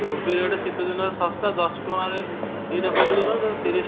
କୋବି ରେଟ୍ ଶୀତଦିନରେ ଶସ୍ତା ଦଶ ଟଙ୍କାରେ ଦୁଇଟା କୋବି ଦେଉଛନ୍ତି ତୁମେ ତିରିଶ ଟଙ୍କା